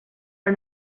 are